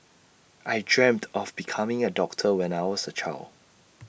I dreamt of becoming A doctor when I was A child